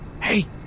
hey